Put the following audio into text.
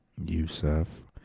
Youssef